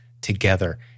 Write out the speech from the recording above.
Together